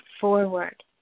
forward